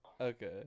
okay